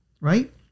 right